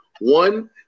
One